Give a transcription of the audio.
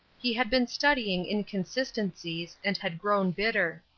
he had been studying inconsistencies, and had grown bitter.